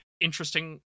Interesting